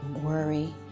worry